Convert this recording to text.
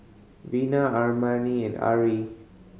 Vina Armani and Ari